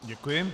Děkuji.